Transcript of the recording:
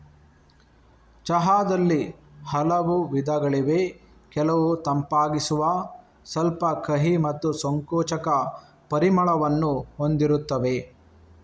ಚಹಾದಲ್ಲಿ ಹಲವು ವಿಧಗಳಿವೆ ಕೆಲವು ತಂಪಾಗಿಸುವ, ಸ್ವಲ್ಪ ಕಹಿ ಮತ್ತು ಸಂಕೋಚಕ ಪರಿಮಳವನ್ನು ಹೊಂದಿರುತ್ತವೆ